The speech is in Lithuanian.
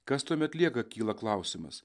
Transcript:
kas tuomet lieka kyla klausimas